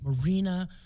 marina